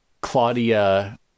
Claudia